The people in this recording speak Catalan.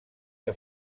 que